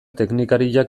teknikariak